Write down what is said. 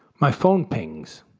my phone pings,